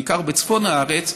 בעיקר בצפון הארץ,